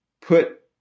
put